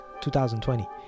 2020